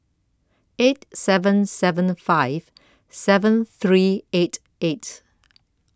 eight seven seven five seven three eight eight